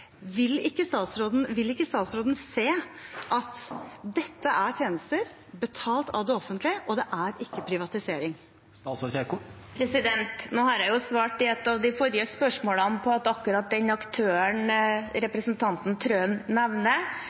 Vil ikke statsråden se at dette er tjenester betalt av det offentlige, og at det ikke er privatisering? Nå har jeg svart på et av de forrige spørsmålene om akkurat den aktøren som representanten Trøen nevner,